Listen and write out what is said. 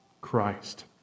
Christ